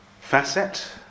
facet